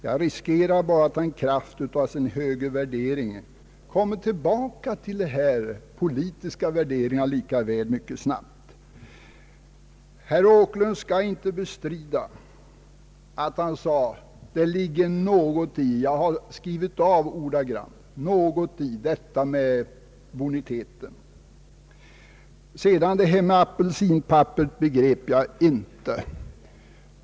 Jag riskerar bara att han i kraft av sin högerinriktning mycket snart kommer tillbaka till dessa politiska värderingar. Herr Åkerlund skall inte bestrida att han sade — jag har skrivit ned det ordagrant — att det ligger något i detta med boniteten. Vad herr Åkerlund sade om apelsinpapperet begrep jag inte.